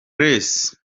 grace